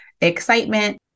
excitement